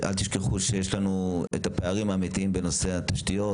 אל תשכחו שיש לנו את הפערים האמיתיים בנושא התשתיות,